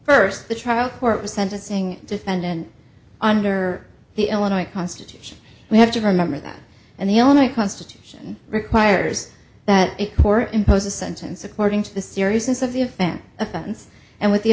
first the trial court was sentencing defend and under the illinois constitution we have to remember that and the only constitution requires that a court impose a sentence according to the seriousness of the offense offense and with the